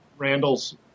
Randall's